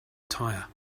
tire